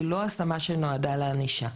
היא לא השמה שנועדה לענישה.